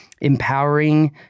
empowering